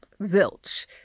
Zilch